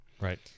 right